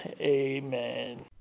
amen